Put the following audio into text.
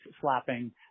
slapping